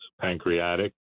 pancreatic